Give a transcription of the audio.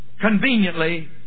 conveniently